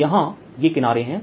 अब यहाँ ये किनारे हैं